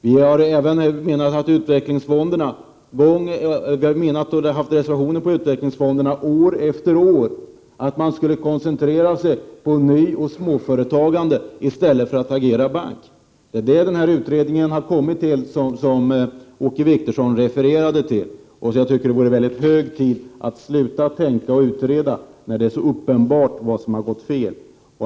Vi har också år efter år reserverat oss till förmån för att utvecklingsfonderna skulle koncentrera sig på nyoch småföretagande i stället för att agera bank. Det är detta den utredning som Åke Wictorsson refererade till har kommit fram till. Jag tycker att det är hög tid att sluta utreda, när det är så uppenbart vad som har gått fel.